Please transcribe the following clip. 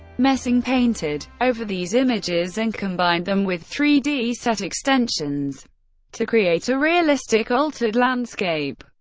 messing painted over these images and combined them with three d set extensions to create a realistic altered landscape.